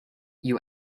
you